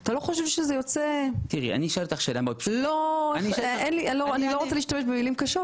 אתה לא חושב שזה יוצא -- אני לא רוצה להשתמש במילים קשות.